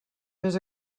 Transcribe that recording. més